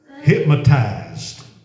Hypnotized